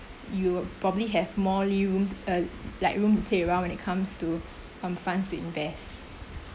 you probably have more leeroom uh like room to play around when it comes to um funds to invest